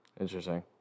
interesting